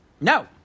no